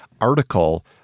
article